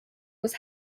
was